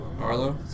Arlo